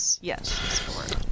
Yes